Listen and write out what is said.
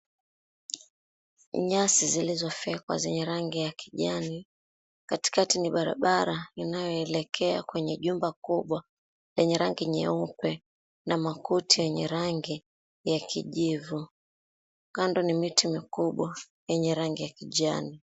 Nyasi zilizofyekwa zenye rangi ya kijani, katikati ni barabara inayoelekea kwenye jumba kubwa lenye rangi nyeupe na makuti yenye rangi ya kijivu. Kando ni miti mikubwa yenye rangi ya kijani.